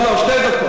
לא, לא, שתי דקות.